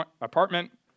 apartment